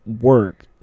work